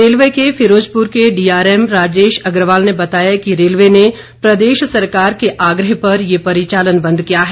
railway के फिरोजपुर के DRM Rajesh Agarwal ने बताया कि रेलवे ने प्रदेश सरकार के आग्रह पर ये परिचालन बंद किया है